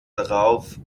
darauf